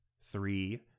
three